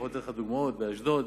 אני יכול לתת לך דוגמאות: באשדוד,